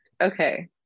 Okay